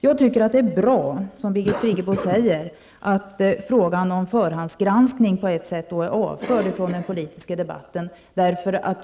Jag tycker att det är bra att frågan om förhandsgranskning på ett sätt är avförd från den politiska debatten, som Birgit Friggebo säger.